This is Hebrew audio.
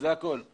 יש לי שאלה אליו.